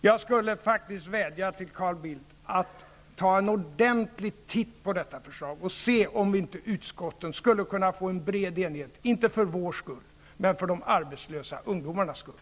Jag skulle faktiskt vilja vädja till Carl Bildt att ''ta en ordentlig titt'' på detta förslag för att se om inte utskotten skulle kunna nå bred enighet -- inte för vår skull, men för de arbetslösa ungdomarnas skull.